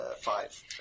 five